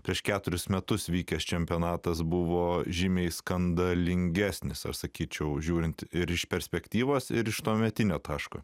prieš keturis metus vykęs čempionatas buvo žymiai skandalingesnis aš sakyčiau žiūrint ir iš perspektyvos ir iš tuometinio taško